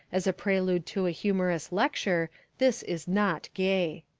as a prelude to a humorous lecture this is not gay.